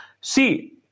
See